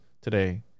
today